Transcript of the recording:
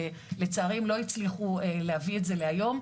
לצערי הם לא הצליחו להביא את זה להיום.